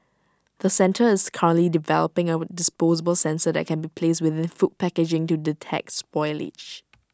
the centre is currently developing A disposable sensor that can be placed within food packaging to detect spoilage